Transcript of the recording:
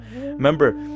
Remember